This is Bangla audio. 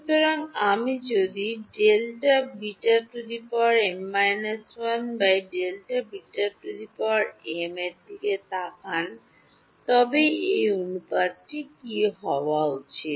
সুতরাং আমি যদি Δβ m 1 Δβ m তাকান তবে এই অনুপাতটি কী হওয়া উচিত